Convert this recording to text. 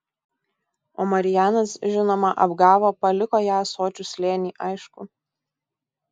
o marijanas žinoma apgavo paliko ją ąsočių slėny aišku